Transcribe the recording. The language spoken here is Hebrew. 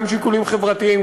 גם שיקולים חברתיים,